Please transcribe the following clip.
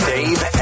Dave